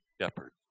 shepherd